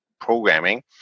programming